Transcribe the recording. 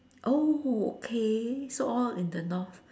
oh okay so all in the North